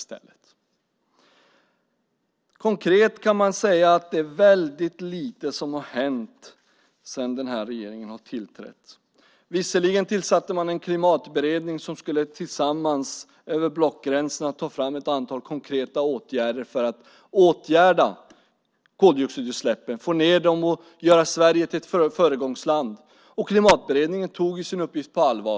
Man kan säga att det är väldigt lite konkret som har hänt sedan regeringen tillträdde. Visserligen tillsatte man en klimatberedning där man tillsammans över blockgränserna skulle ta fram ett antal konkreta åtgärder för att åtgärda koldioxidutsläppen, få ned dem och göra Sverige till ett föregångsland. Klimatberedningen tog sin uppgift på allvar.